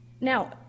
Now